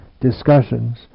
discussions